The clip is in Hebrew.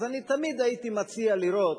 אז אני תמיד הייתי מציע לראות,